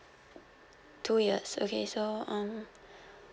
two years okay so um